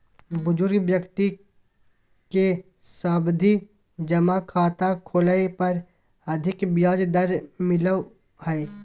बुजुर्ग व्यक्ति के सावधि जमा खाता खोलय पर अधिक ब्याज दर मिलो हय